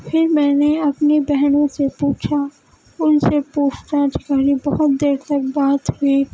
پھر میں نے اپنی بہنوں سے پوچھا ان سے پوچھ تاچھ کری بہت دیر تک بات ہوئی